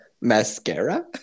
Mascara